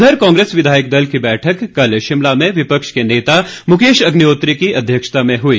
उधर कांग्रेस विधायक दल की बैठक कल शिमला में विपक्ष के नेता मुकेश अग्निहोत्री की अध्यक्षता में हई